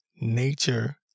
nature